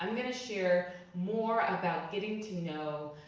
um gonna share more about getting to know,